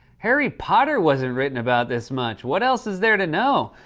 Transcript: harry potter wasn't written about this much. what else is there to know?